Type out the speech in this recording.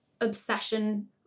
obsession